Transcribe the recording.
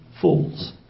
fools